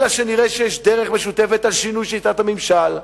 אלא שנראה שיש דרך משותפת על שינוי שיטת הממשל,